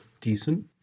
decent